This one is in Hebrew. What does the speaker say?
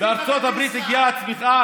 בארצות הברית הגיעה הצמיחה